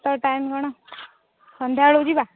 ତା' ଟାଇମ୍ କ'ଣ ସନ୍ଧ୍ୟାବେଳକୁ ଯିବା